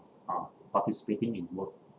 are participating in work